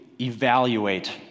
evaluate